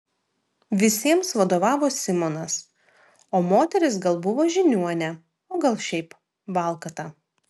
visiems vadovavo simonas o moteris gal buvo žiniuonė o gal šiaip valkata